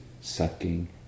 sucking